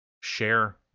share